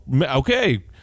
okay